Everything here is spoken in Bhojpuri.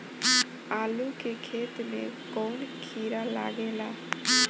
आलू के खेत मे कौन किड़ा लागे ला?